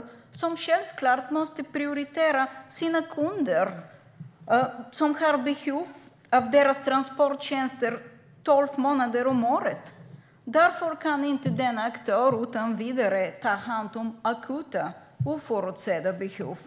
Men denna måste självklart prioritera sina kunder, som har behov av dess transporttjänster tolv månader om året. Därför kan inte denna aktör utan vidare ta hand om akuta oförutsedda behov.